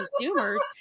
consumers